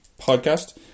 podcast